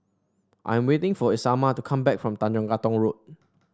I am waiting for Isamar to come back from Tanjong Katong Road